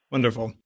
Wonderful